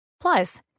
Plus